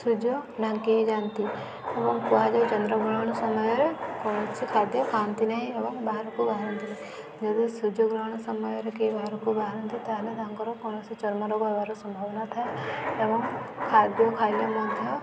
ସୂର୍ଯ୍ୟ ଢାଙ୍କି ହୋଇଯାଆନ୍ତି ଏବଂ କୁହାଯାଏ ଚନ୍ଦ୍ରଗ୍ରହଣ ସମୟରେ କୌଣସି ଖାଦ୍ୟ ଖାଆନ୍ତି ନାହିଁ ଏବଂ ବାହାରକୁ ବାହାରନ୍ତିି ଯଦି ସୂର୍ଯ୍ୟଗ୍ରହଣ ସମୟରେ କେହି ବାହାରକୁ ବାହାରନ୍ତି ତାହେଲେ ତାଙ୍କର କୌଣସି ଚର୍ମ ରୋଗ ହେବାର ସମ୍ଭାବନା ଥାଏ ଏବଂ ଖାଦ୍ୟ ଖାଇଲେ ମଧ୍ୟ